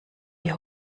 die